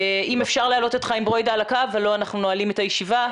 אם אפשר להעלות את חיים ברוידא על הקו ולא אנחנו נועלים את הישיבה.